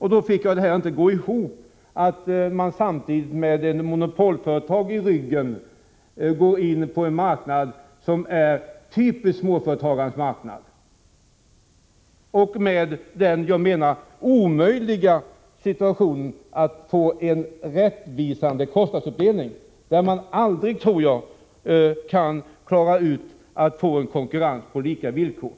Jag fick inte detta att gå ihop, att man med ett monopolföretag i ryggen ger sig in på en marknad som är en typisk småföretagsmarknad. Det är enligt min mening omöjligt att få en rättvisande kostnadsuppdelning, där man aldrig kan få en konkurrens på lika villkor.